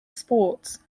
sports